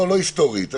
לא היסטורית.